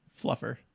Fluffer